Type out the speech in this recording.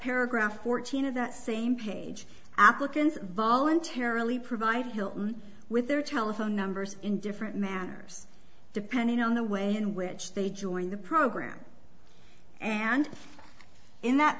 paragraph fourteen of that same page applicants voluntarily provide hylton with their telephone numbers in different manners depending on the way in which they join the program and in that